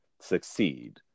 succeed